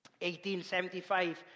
1875